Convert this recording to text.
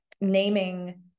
naming